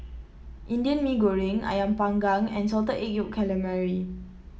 Indian Mee Goreng ayam Panggang and Salted Egg Yolk Calamari